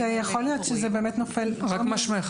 מה שמך?